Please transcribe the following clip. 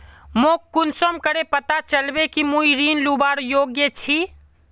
मोक कुंसम करे पता चलबे कि मुई ऋण लुबार योग्य छी?